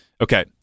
Okay